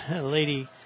Lady